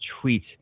tweet